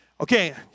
okay